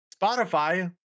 spotify